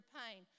pain